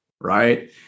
right